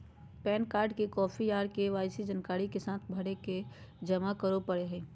pan card के copy आर KYC जानकारी के साथ भरके जमा करो परय हय